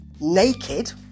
naked